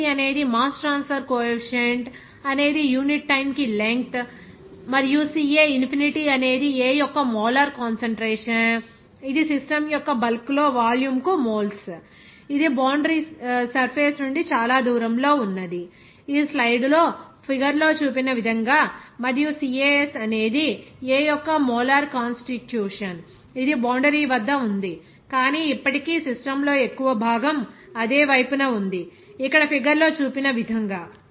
kC అనేది mass transfer coefficient అనేది unit time కు లెంగ్త్ మరియు CA ఇన్ఫినిటీ అనేది A యొక్క మోలార్ కాన్సంట్రేషన్ ఇది సిస్టమ్ యొక్క బల్క్ లో వాల్యూమ్ కు మోల్స్ ఇది బౌండరీ సర్ఫేస్ నుండి చాలా దూరంలో ఉన్నది ఈ స్లయిడ్ లో ఫిగర్ లో చూపిన విధంగా మరియు CAS అనేది A యొక్క మోలార్ కాన్స్టిట్యూషన్ ఇది బౌండరీ వద్ద ఉంది కానీ ఇప్పటికీ సిస్టమ్ లో ఎక్కువ భాగం అదే వైపున ఉంది ఇక్కడ ఫిగర్ లో చూపిన విధంగా